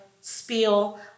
spiel